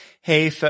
Hey